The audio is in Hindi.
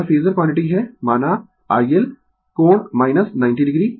यह फेजर क्वांटिटी है माना iL कोण 90 o